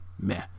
meh